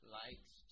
likes